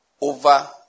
over